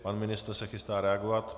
Pan ministr se chystá reagovat.